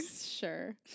Sure